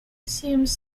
assumes